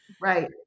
Right